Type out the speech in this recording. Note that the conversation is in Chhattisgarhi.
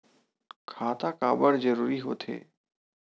खाता काबर जरूरी हो थे?